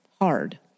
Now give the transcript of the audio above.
Hard